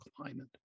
climate